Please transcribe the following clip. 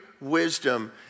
wisdom